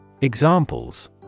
Examples